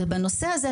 בנושא הזה,